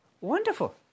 wonderful